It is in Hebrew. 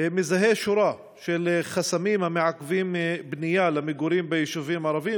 מזהה שורה של חסמים המעכבים בנייה למגורים ביישובים ערביים